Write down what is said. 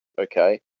okay